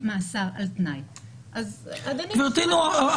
הבן אדם יודע שהוא קונה ברשות אקדח ומוכר אותו שם ברווח,